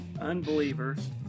unbelievers